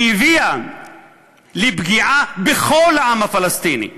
שהביאה לפגיעה בכל העם הפלסטיני,